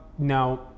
Now